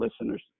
listeners